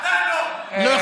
אתה יודע מה ההבדל, אחמד?